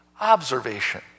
observation